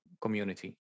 community